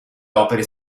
opere